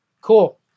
Cool